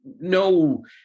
no